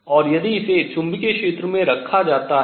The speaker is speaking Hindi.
और यदि इसे चुंबकीय क्षेत्र में रखा जाता है